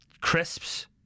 crisps